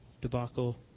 debacle